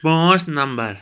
پانٛژھ نمبر